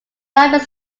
lobbies